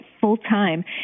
full-time